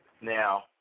Now